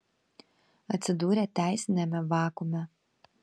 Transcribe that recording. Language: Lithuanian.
atsidūrė teisiniame vakuume